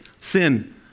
sin